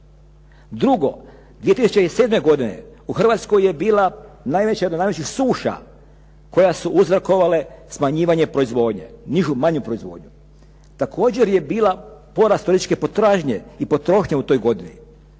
Drugo, 2007. godine u Hrvatskoj je bila najveća suša koja su uzrokovale smanjivanje proizvodnje, nižu manju proizvodnju. Također je bila porast … potražne i potrošnje u toj godini.